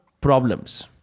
problems